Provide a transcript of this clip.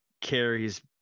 carries